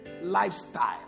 lifestyle